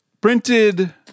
printed –